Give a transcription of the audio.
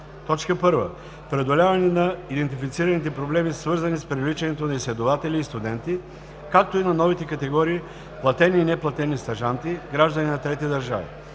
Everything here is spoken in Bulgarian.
Закона са: 1. преодоляване на идентифицираните проблеми, свързани с привличането на изследователи и студенти, както и на новите категории – платени и неплатени стажанти – граждани на трети държави;